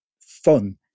fun